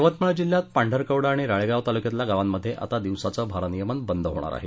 यवतमाळ जिल्ह्यात पांढरकवडा आणि राळेगाव तालुक्यातील गावांमध्ये आता दिवसाचे भारनियमन बंद होणार आहे